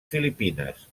filipines